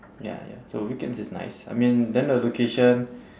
ya ya so weekends is nice I mean then the location